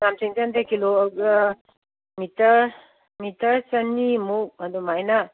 ꯌꯥꯝ ꯆꯪꯁꯤꯟꯗꯦ kilometre metre ꯆꯅꯤꯃꯨꯛ ꯑꯗꯨꯃꯥꯏꯅ